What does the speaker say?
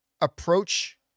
Approach